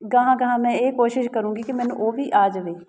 ਗਾਹਾਂ ਗਾਹਾਂ ਮੈਂ ਇਹ ਕੋਸ਼ਿਸ਼ ਕਰੂੰਗੀ ਕਿ ਮੈਨੂੰ ਉਹ ਵੀ ਆ ਜਾਵੇ